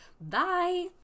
Bye